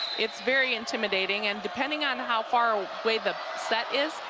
it's very intimidating. and depending on how far away the set is,